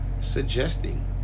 Suggesting